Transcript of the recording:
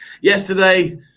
Yesterday